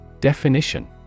Definition